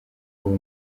uwo